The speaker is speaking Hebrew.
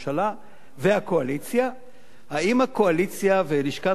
והקואליציה האם הקואליציה ולשכת ראש הממשלה,